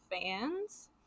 fans